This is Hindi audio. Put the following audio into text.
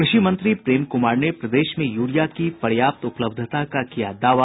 कृषि मंत्री प्रेम क्मार ने प्रदेश में यूरिया की पर्याप्त उपलब्धता का किया दावा